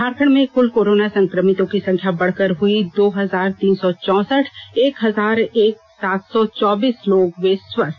झारखंड में कुल कोरोना संकमितो की संख्या बढ़कर हुई दो हजार तीन सौ चौसठ एक हजार सात सौ चौबीस लोग हुए स्वस्थ